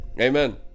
Amen